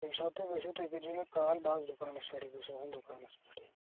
ییٚمہِ ساتہٕ تُہۍ ؤسِو تُہۍ کٔرۍ زیٚو مےٚ کال بہٕ حظ دُکانَس پٮ۪ٹھٕے بہٕ چھُس دُکانَس پٮ۪ٹھٕے